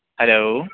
hello